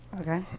okay